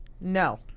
No